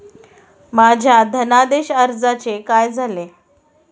माझ्या धनादेश अर्जाचे काय झाले?